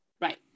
Right